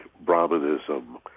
brahmanism